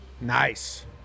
Nice